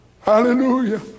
Hallelujah